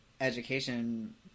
education